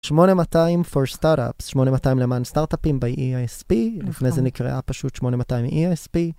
8200 for startups, 8200 time למען סטארטאפים ב-EISP, לפני זה נקראה פשוט 8200 EISP.